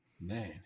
man